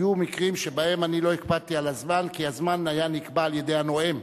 היו מקרים שבהם אני לא הקפדתי על הזמן כי הזמן היה נקבע על-ידי הנואם,